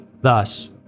Thus